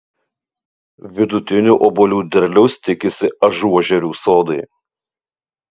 vidutinio obuolių derliaus tikisi ažuožerių sodai